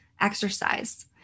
exercise